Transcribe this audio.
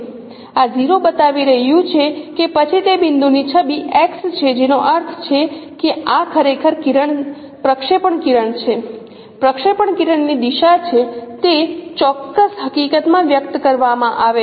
આ 0 બતાવી રહ્યું છે કે પછી તે બિંદુની છબી x છે જેનો અર્થ છે કે આ ખરેખર કિરણ પ્રક્ષેપણ કિરણ છે પ્રક્ષેપણ કિરણ ની દિશા છે તે ચોક્કસ હકીકતમાં વ્યક્ત કરવામાં આવે છે